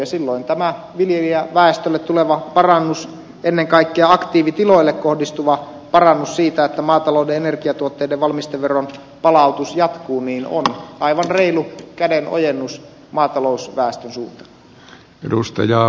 silloin tämä viljelijäväestölle tuleva parannus ennen kaikkea aktiivitiloille kohdistuva parannus siinä että maatalouden energiatuotteiden valmisteveron palautus jatkuu on aivan reilu kädenojennus maatalousväestön suuntaan